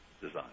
design